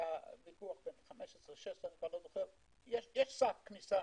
היה ויכוח בין 15, 16. יש סף כניסה